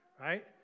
right